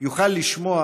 יוכל לשמוע